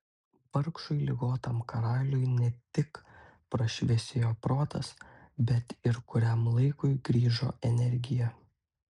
vargšui ligotam karaliui ne tik prašviesėjo protas bet ir kuriam laikui grįžo energija